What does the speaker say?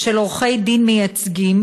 של עורכי דין מייצגים,